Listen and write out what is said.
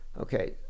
Okay